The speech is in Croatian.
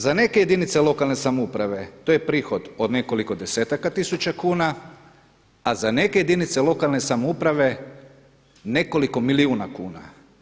Za neke jedinice lokalne samouprave to je prihod od nekoliko desetaka tisuća kuna, a za neke jedinice lokalne samouprave nekoliko milijuna kuna.